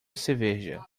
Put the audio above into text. cerveja